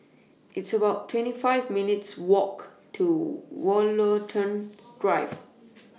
It's about twenty five minutes' Walk to Woollerton Drive